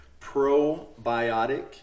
probiotic